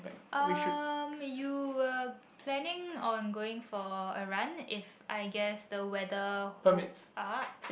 um you were planning ongoing for a run if I guess the weather holds up